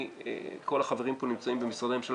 כל החברים פה נמצאים במשרדי הממשלה,